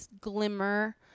glimmer